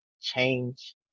change